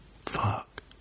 fuck